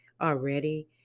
already